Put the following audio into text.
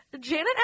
Janet